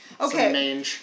Okay